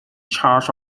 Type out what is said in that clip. charge